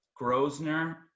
Grosner